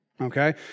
okay